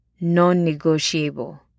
non-negotiable